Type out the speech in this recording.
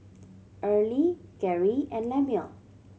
Early Geri and Lemuel